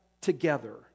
together